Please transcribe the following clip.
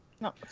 No